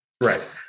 Right